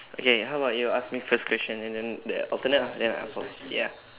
okay how about you ask me first question and then the alternate lah then I from ya